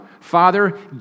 Father